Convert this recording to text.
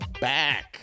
back